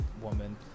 woman